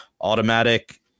automatic